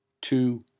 two